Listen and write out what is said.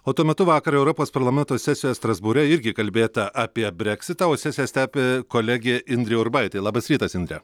o tuo metu vakar europos parlamento sesijoje strasbūre irgi kalbėta apie breksitą o sesiją stepi kolegė indrė urbaitė labas rytas indre